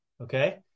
Okay